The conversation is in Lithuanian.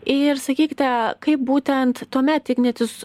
ir sakykite kaip būtent tuomet ignitis